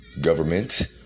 Government